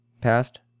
passed